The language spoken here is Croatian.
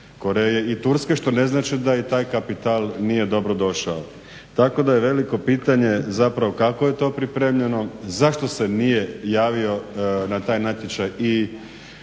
Koreje iz Turske što ne znači da je i taj kapital nije dobrodošao. Tako da je veliko pitanje zapravo kako je to pripremljeno? Zašto se nije javio na taj natječaj i